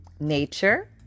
nature